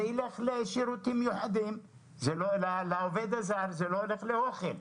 זה ילך לשירותים מיוחדים, לעובד הזר ולא לאוכל.